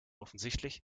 offensichtlich